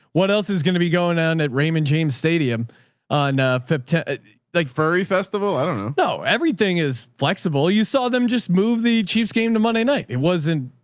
what else is going to be going on at raymond james stadium on a fipse like furry festival? i dunno. no, everything is flexible. you saw them just move the chiefs game to monday night. it wasn't.